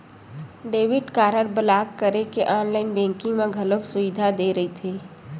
debit card block करे के online banking म घलो सुबिधा दे रहिथे